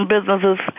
businesses